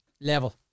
level